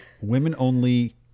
women-only